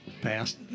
past